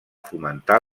fomentar